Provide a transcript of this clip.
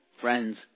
Friends